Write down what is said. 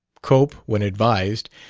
cope, when advised,